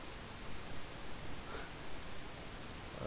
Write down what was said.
uh